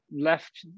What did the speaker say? left